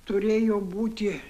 turėjo būti